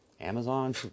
Amazon